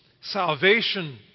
Salvation